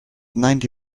ninety